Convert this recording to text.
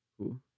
cool